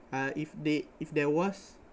uh if they if there was